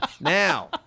Now